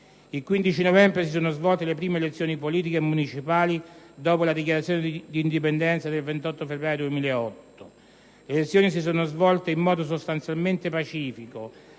Il 15 novembre si sono svolte le prime elezioni politiche e municipali dopo la dichiarazione di indipendenza del 28 febbraio 2008. Le elezioni si sono svolte in modo sostanzialmente pacifico,